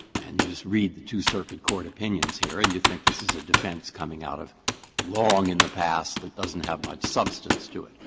and you just read the two circuit court opinions here and you think this is a defense coming out of long in the past that doesn't have much substance to it.